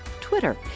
Twitter